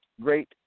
Great